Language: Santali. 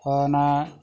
ᱦᱳᱭ ᱚᱱᱟ